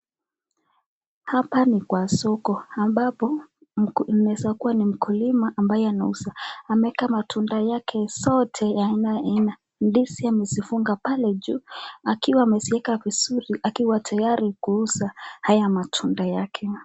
Hapa ni kwa soko ambapo inaweza kuwa ni mkulima ambaye anauza ameweka matunda yake zote ya aina aina. Ndizi amezifunga pale juu akiwa ameziweka vizuri akiwa tayari kuuza haya matunda yake.